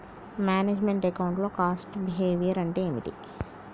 Manage meant account లో cost behaviour అంటే ఏమిటి?